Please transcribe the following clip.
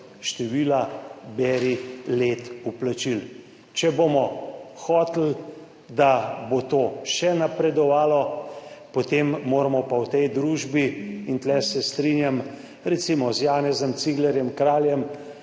števila, beri, let vplačil. Če bomo hoteli, da bo to še napredovalo, potem moramo pa v tej družbi, in tukaj se strinjam recimo z Janezom Ciglerjem Kraljem,